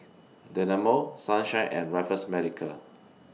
Dynamo Sunshine and Raffles Medical